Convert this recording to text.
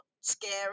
scary